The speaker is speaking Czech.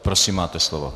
Prosím, máte slovo.